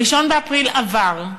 1 באפריל עבר,